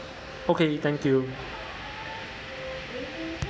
okay thank you